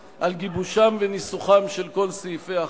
על גיבושם וניסוחם של כל סעיפי החוק,